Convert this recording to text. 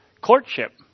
courtship